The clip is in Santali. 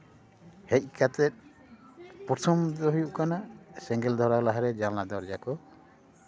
ᱦᱮᱡ ᱠᱟᱛᱮᱫ ᱯᱨᱚᱛᱷᱚᱢ ᱨᱮᱫᱚ ᱦᱩᱭᱩᱜ ᱠᱟᱱᱟ ᱥᱮᱸᱜᱮᱞ ᱫᱷᱚᱨᱟᱣ ᱞᱟᱦᱟᱨᱮ ᱡᱟᱱᱞᱟ ᱫᱚᱨᱡᱟ ᱠᱚ